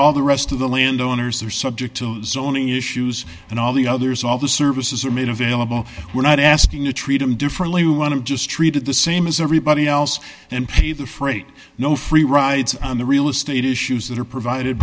all the rest of the landowners are subject to zoning issues and all the others all the services are made available we're not asking to treat them differently we want to just treated the same as everybody else and pay the freight no free rides on the real estate issues that are provided